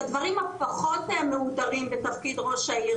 הדברים הפחות מהודרים בתפקיד ראש העיר,